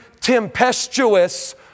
tempestuous